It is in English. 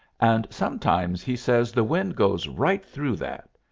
and sometimes he says the wind goes right through that.